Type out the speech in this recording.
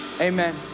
amen